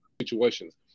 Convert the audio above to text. situations